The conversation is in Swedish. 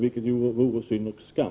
Det vore synd och skam.